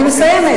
אני מסיימת.